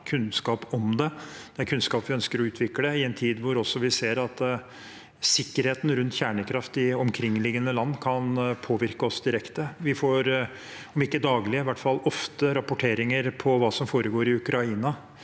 kunnskap om det. Det er kunnskap vi ønsker å utvikle i en tid hvor vi ser at sikkerheten rundt kjernekraft i omkringliggende land kan påvirke oss direkte. Vi får i hvert fall ofte – om ikke daglige – rapporteringer om hva som foregår i Ukraina